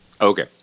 Okay